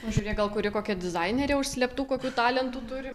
pažiūrėk gal kuri kokia dizainerė užslėptų kokių talentų turi